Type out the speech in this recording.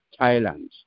Thailand